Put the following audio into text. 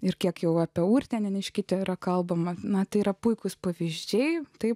ir kiek jau apie urte neniškyte yra kalbama metai yra puikūs pavyzdžiai tai